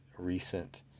Recent